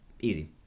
Easy